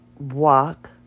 walk